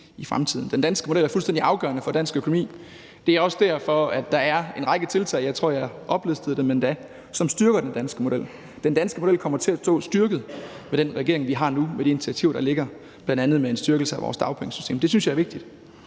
i fremtiden. Den danske model er fuldstændig afgørende for dansk økonomi. Det er også derfor, der er en række tiltag – jeg tror endda, jeg oplistede dem – som styrker den danske model. Den danske model kommer til at stå styrket med den regering, vi har nu, og med de initiativer, der ligger, bl.a. med en styrkelse af vores dagpengesystem. Det synes jeg er vigtigt.